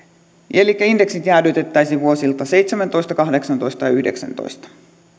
elikkä indeksit jäädytettäisiin vuosilta seitsemäntoista kahdeksantoista